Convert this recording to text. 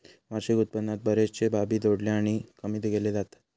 वार्षिक उत्पन्नात बरेचशे बाबी जोडले आणि कमी केले जातत